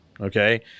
okay